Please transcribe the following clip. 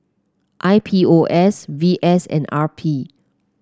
I P O S V S and R P